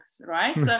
right